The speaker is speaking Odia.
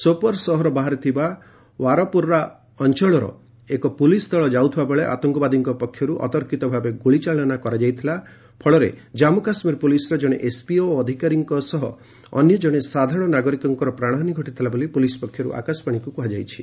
ସୋପର ସହର ବାହାରେ ଥିବା ୱାରପୁରା ଅଞ୍ଚଳର ଏକ ପୁଲିସ ଦଳ ଯାଉଥିବା ବେଳେ ଆତଙ୍କବାଦୀଙ୍କ ପକ୍ଷରୁ ଅତର୍କିତ ଭାବେ ଗୁଳିଚାଳନା କରାଯାଇଥିଲା ଫଳରେ ଜାଞ୍ଚୁ କାଶ୍ମୀର ପୁଲିସର ଜଣେ ଏସ୍ପିଓ ଅଧିକାରୀଙ୍କ ସହ ଅନ୍ୟ ଜଣେ ସାଧାରଣ ନାଗରିକଙ୍କର ପ୍ରାଣହାନି ଘଟିଥିଲା ବୋଲି ପୁଲିସ୍ ପକ୍ଷରୁ ଆକାଶବାଣୀକୁ କୁହାଯାଇଛି